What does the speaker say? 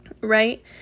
right